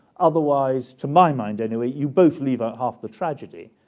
otherwise, to my mind, anyway, you both leave out half the tragedy.